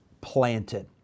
planted